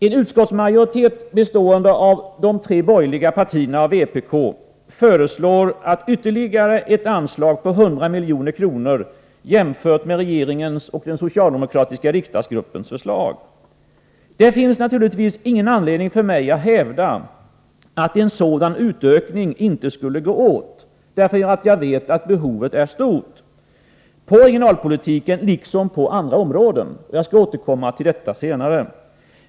En utskottsmajoritet, bestående av de tre borgerliga partierna och vpk, föreslår att anslaget till regionala utvecklingsinsatser höjs med ytterligare 100 milj.kr. jämfört med regeringens och den socialdemokratiska riksdagsgruppens förslag. Det finns naturligtvis ingen anledning för mig att hävda att en sådan utökning inte skulle gå åt — jag vet ju att behovet är stort på regionalpolitikens liksom på andra områden. Jag skall återkomma till detta senare.